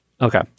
Okay